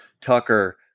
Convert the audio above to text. Tucker